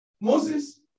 Moses